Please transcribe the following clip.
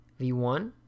V1